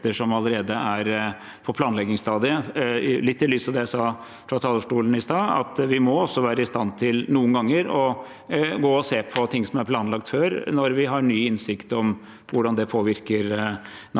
som allerede er på planleggingsstadiet, litt i lys av det jeg sa fra talerstolen i stad, at vi også må være i stand til noen ganger å gå inn og se på ting som er planlagt før, når vi har ny innsikt om hvordan det påvirker natur.